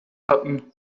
hatten